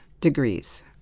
degrees